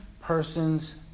person's